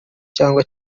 cyangwa